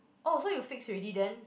oh so you fix already then